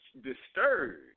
disturbed